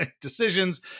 decisions